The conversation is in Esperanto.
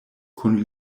kun